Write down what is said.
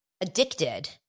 addicted